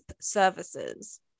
services